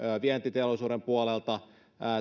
vientiteollisuuden puolelta